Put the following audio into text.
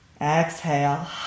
exhale